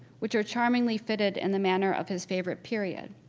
which are charmingly fitted in the manner of his favorite period,